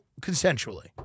consensually